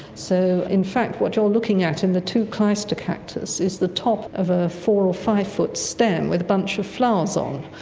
so in fact what you're looking at in the two cleistocactus is the top of a four or five-foot stem with a bunch of flowers on.